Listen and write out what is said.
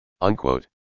Unquote